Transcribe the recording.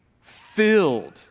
filled